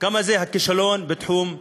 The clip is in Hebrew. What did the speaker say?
כמה זה כישלון בתחום הרווחה.